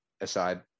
aside